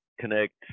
connect